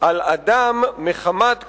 על אדם מחמת קשריו,